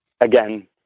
again